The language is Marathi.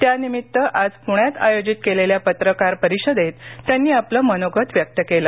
त्यानिमित्त आज पुण्यात आयोजित केलेल्या पत्रकार परिषदेत त्यांनी आपलं मनोगत व्यक्त केलं